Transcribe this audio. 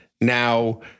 Now